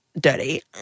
dirty